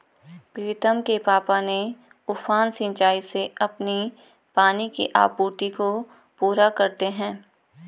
प्रीतम के पापा ने उफान सिंचाई से अपनी पानी की आपूर्ति को पूरा करते हैं